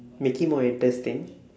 make it more interesting